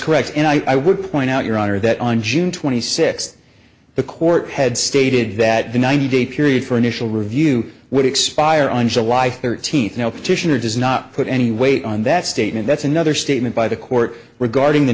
correct and i would point out your honor that on june twenty sixth the court had stated that the ninety day period for initial review would expire on july thirteenth no petitioner does not put any weight on that statement that's another statement by the court regarding the